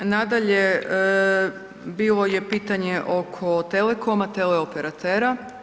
Nadalje, bilo je pitanje oko telekoma, teleoperatera.